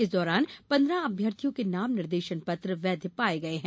इस दौरान पन्द्रह अभ्यर्थियों के नाम निर्देशन पत्र वैध पाये गये हैं